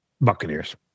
Buccaneers